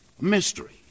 Mystery